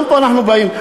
גם פה אנחנו באים,